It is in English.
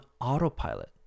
autopilot